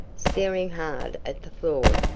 staring hard at the floor.